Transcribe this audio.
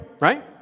right